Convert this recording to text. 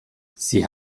sie